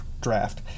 draft